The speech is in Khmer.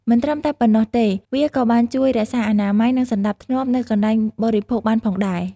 មិនត្រឹមតែប៉ុណ្ណោះទេ វាក៏បានជួយរក្សាអនាម័យ និងសណ្តាប់ធ្នាប់នៅកន្លែងបរិភោគបានផងដែរ ។